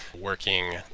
working